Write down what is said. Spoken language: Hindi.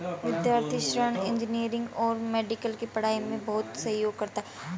विद्यार्थी ऋण इंजीनियरिंग और मेडिकल की पढ़ाई में बहुत सहयोग करता है